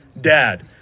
dad